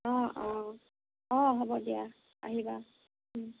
অ অ অ হ'ব দিয়া আহিবা অ